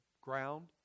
ground